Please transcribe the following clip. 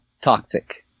toxic